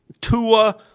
Tua